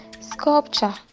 sculpture